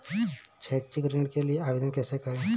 शैक्षिक ऋण के लिए आवेदन कैसे करें?